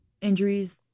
injuries